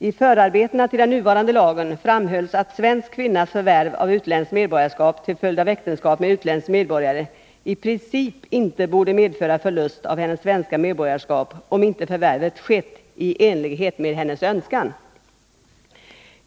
I förarbetena till den nuvarande lagen framhölls att svensk kvinnas förvärv av utländskt medborgarskap till följd av äktenskap med utländsk medborgare i princip inte borde medföra förlust av hennes svenska medborgarskap om inte förvärvet skett i enlighet med hennes önskan.